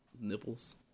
Nipples